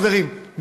חברים,